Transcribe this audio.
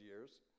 years